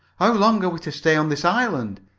how long are we to stay on this island?